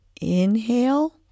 Inhale